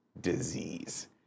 disease